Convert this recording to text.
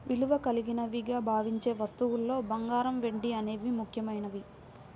విలువ కలిగినవిగా భావించే వస్తువుల్లో బంగారం, వెండి అనేవి ముఖ్యమైనవి